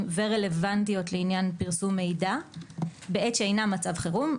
ורלוונטיות לעניין פרסום מידע בעת שאינה מצב חירום.